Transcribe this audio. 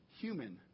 human